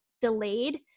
delayed